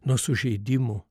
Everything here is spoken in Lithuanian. nuo sužeidimų